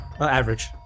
Average